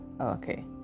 Okay